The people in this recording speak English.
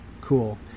cool